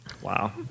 Wow